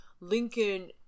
Lincoln